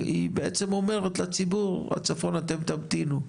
היא בעצם אומרת לציבור בצפון אתם תמתינו.